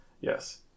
Yes